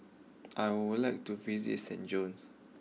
I would like to visit San Jose